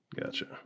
Gotcha